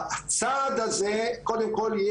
קודם כל,